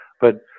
But-